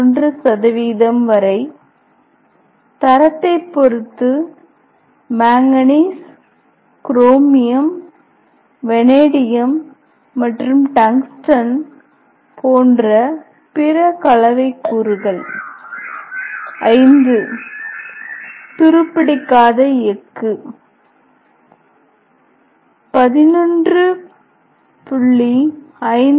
1 வரை தரத்தைப் பொறுத்து மாங்கனீசு குரோமியம் வெனடியம் மற்றும் டங்ஸ்டன் போன்ற பிற கலவை கூறுகள் v துருப்பிடிக்காத எஃகு 11